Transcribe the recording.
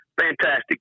Fantastic